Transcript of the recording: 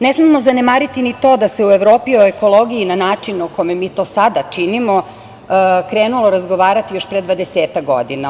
Ne smemo zanemariti ni to da se u Evropi o ekologiji na način o kome mi to sada činimo krenulo razgovarati još pre dvadesetak godina.